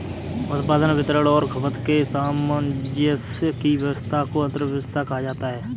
उत्पादन, वितरण और खपत के सामंजस्य की व्यस्वस्था को अर्थव्यवस्था कहा जाता है